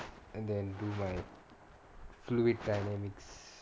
and then do my fluid dynamics